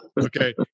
Okay